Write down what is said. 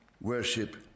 Worship